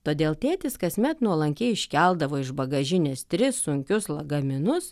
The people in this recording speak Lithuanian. todėl tėtis kasmet nuolankiai iškeldavo iš bagažinės tris sunkius lagaminus